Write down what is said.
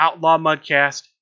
outlawmudcast